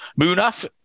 Moonaf